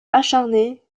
acharnés